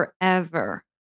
forever